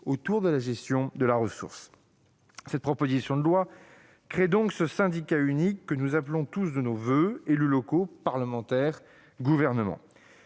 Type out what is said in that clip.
autour de la gestion des ressources. La proposition de loi prévoit donc de créer le syndicat unique que nous appelons tous de nos voeux, élus locaux, parlementaires et Gouvernement.